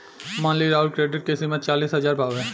मान ली राउर क्रेडीट के सीमा चालीस हज़ार बावे